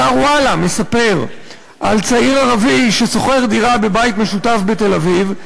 אתר "וואלה" מספר על צעיר ערבי ששוכר דירה בבית משותף בתל-אביב,